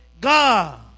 God